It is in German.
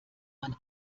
man